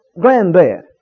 granddad